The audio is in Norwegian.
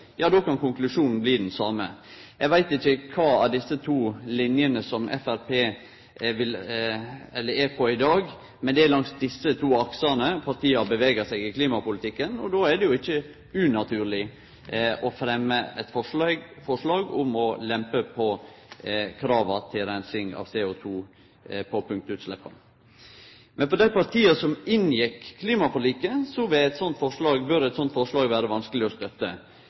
ja, då kan konklusjonen bli den same. Eg veit ikkje kva for ei av desse to linene som Framstegspartiet er på i dag, men det er langs desse to aksane partiet har bevega seg i klimapolitikken, og då er det ikkje unaturleg å fremme eit forslag om å lempe på krava til reinsing av CO2 på punktutsleppa. For dei partia som inngjekk klimaforliket, bør eit slikt forslag vere vanskeleg å støtte